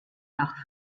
nach